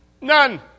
None